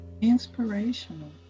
inspirational